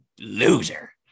loser